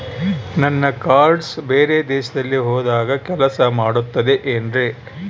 ನನ್ನ ಕಾರ್ಡ್ಸ್ ಬೇರೆ ದೇಶದಲ್ಲಿ ಹೋದಾಗ ಕೆಲಸ ಮಾಡುತ್ತದೆ ಏನ್ರಿ?